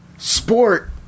Sport